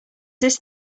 this